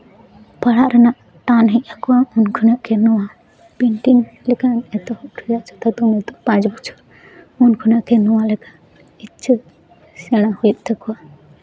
ᱯᱟᱲᱦᱟᱣ ᱨᱮᱱᱟᱜ ᱴᱟᱱ ᱦᱮᱡ ᱟᱠᱚᱣᱟ ᱩᱱ ᱠᱷᱚᱱᱟᱜ ᱜᱮ ᱱᱚᱣᱟ ᱯᱮᱱᱴᱤᱝ ᱞᱮᱠᱟᱱ ᱮᱛᱚᱦᱚᱵ ᱨᱮᱭᱟᱜ ᱡᱚᱛᱷᱟᱛ ᱚᱠᱛᱚ ᱠᱚᱫᱚ ᱯᱟᱸᱪ ᱵᱚᱪᱷᱚᱨ ᱩᱱ ᱠᱷᱚᱱᱟᱜ ᱜᱮ ᱱᱚᱣᱟ ᱞᱮᱠᱟ ᱤᱪᱪᱷᱟᱹ ᱥᱮᱬᱟ ᱦᱩᱭᱩᱜ ᱛᱟᱠᱚᱣᱟ